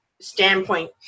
standpoint